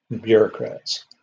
bureaucrats